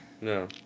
No